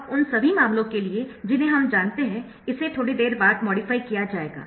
अब उन सभी मामलों के लिए जिन्हें हम जानते है इसे थोड़ी देर बाद मॉडिफाई किया जाएगा